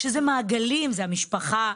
שאלה מעגלים: זו המשפחה,